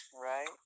Right